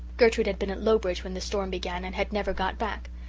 gertrude had been at lowbridge when the storm began and had never got back.